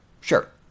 sure